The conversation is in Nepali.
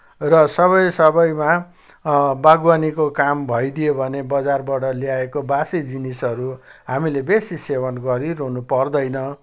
र सबै सबैमा बागवानीको काम भइदियो भने बजारबाट ल्याएको बासी जिनिसहरू हामीले बेसी सेवन गरिरहन पर्दैन